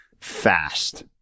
fast